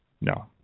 No